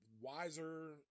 wiser